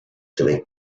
direkt